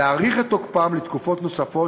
להאריך את תוקפם לתקופות נוספות,